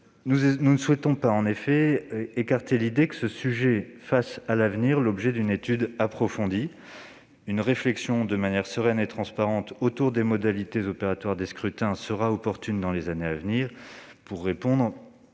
nous ne souhaitons pas écarter l'idée que ce sujet fasse à l'avenir l'objet d'une étude approfondie. Je pense qu'une réflexion, de manière sereine et transparente, autour des modalités opératoires des scrutins sera nécessaire dans les années à venir pour répondre